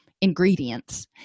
ingredients